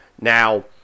Now